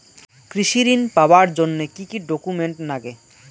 কৃষি ঋণ পাবার জন্যে কি কি ডকুমেন্ট নাগে?